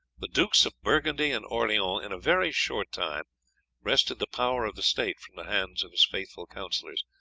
the dukes of burgundy and orleans in a very short time wrested the power of the state from the hands of his faithful councillors,